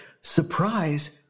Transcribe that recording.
surprise